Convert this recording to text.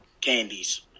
candies